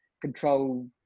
control